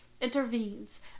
intervenes